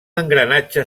engranatge